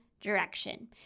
direction